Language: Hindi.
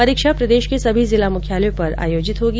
परीक्षा प्रदेश के सभी जिला मुख्यालयों पर आयोजित होगी